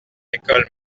école